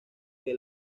que